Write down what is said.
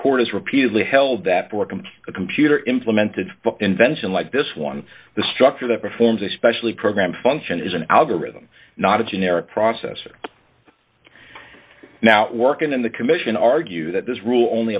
has repeatedly held that for them the computer implemented the invention like this one the structure that performs especially program function is an algorithm not a generic processor now working in the commission argue that this rule only